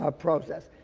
ah process.